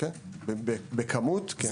בכמות כן.